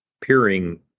peering